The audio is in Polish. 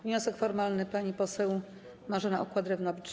Wniosek formalny, pani poseł Marzena Okła-Drewnowicz.